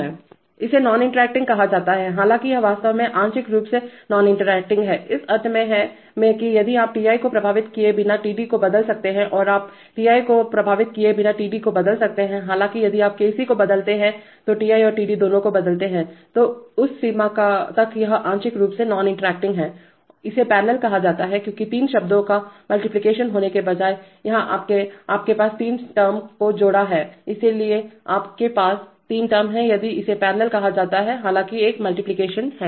इसे गैर अंतःक्रियात्मकता नॉन इंट्रक्टिंग कहा जाता है हालांकि यह वास्तव में आंशिक रूप से नॉन इंट्रक्टिंग है इस अर्थ में कि यदि आप Ti को प्रभावित किए बिना Tdको बदल सकते हैं और आप Ti को प्रभावित किए बिना Td को बदल सकते हैं हालाँकि यदि आप Kc को बदलते हैं तो Ti और Td दोनों को बदलते हैं तो उस सीमा तक यह आंशिक रूप से नॉन इंट्रक्टिंग है इसे पैरेलल कहा जाता है क्योंकि तीन शब्दों का मल्टिप्लिकेशन होने के बजाय यहाँ आपके पास तीन टर्म को जोड़ा हैं इसलिए आपके पास तीन टर्म हैं इसलिए इसे पैरेलल कहा जाता है हालाँकि एक मल्टिप्लिकेशन है